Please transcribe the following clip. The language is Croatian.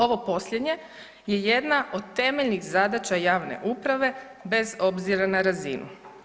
Ovo posljednje je jedna od temeljnih zadaća javne uprave bez obzira na razinu.